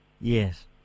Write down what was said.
yes